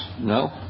No